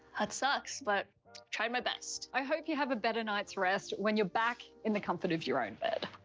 that sucks, but tried my best. i hope you have a better night's rest when you're back in the comfort of your own bed.